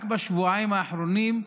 רק בשבועיים האחרונים,